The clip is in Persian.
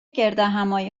گردهمآیی